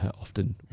often